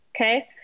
okay